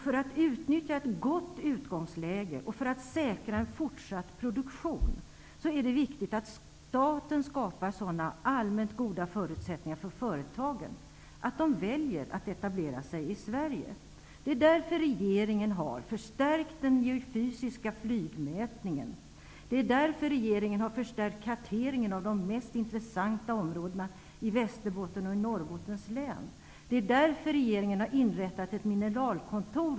För att utnyttja ett gott utgångsläge och för att säkra en fortsatt produktion, är det viktigt att staten skapar sådana allmänt goda förutsättningar för företagen att de väljer att etablera sig i Sverige. Det är därför regeringen har låtit förstärka arbetet med den geofysiska flygmätningen. Det är därför regeringen har förstärkt insatserna vid karteringen av de mest intressanta områdena i Västerbottens och Norrbottens län. Det är därför regeringen har inrättat ett mineralkontor.